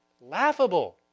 laughable